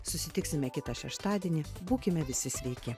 susitiksime kitą šeštadienį būkime visi sveiki